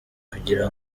kugira